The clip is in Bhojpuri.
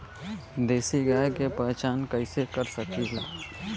देशी गाय के पहचान कइसे कर सकीला?